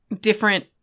different